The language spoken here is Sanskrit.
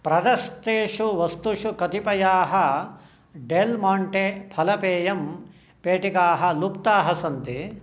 प्रदत्तेषु वस्तुषु कतिपयाः डेल् मोण्टे फलपेयं पेटिकाः लुप्ताः सन्ति